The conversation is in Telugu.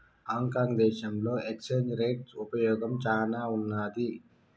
హాంకాంగ్ దేశంలో ఎక్స్చేంజ్ రేట్ ఉపయోగం చానా ఉన్నాది